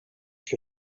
que